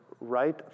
right